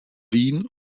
wien